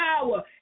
power